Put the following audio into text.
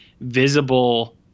visible